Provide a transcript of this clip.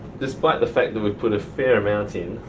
despite the fact that we put a fair amount in,